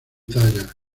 talla